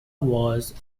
was